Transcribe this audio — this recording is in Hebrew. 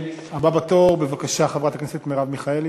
הבאה בתור, בבקשה, חברת הכנסת מרב מיכאלי.